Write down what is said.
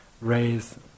raise